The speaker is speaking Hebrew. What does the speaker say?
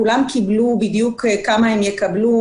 כולם יודעים בדיוק כמה הם יקבלו,